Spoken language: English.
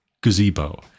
gazebo